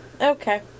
Okay